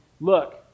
look